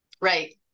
Right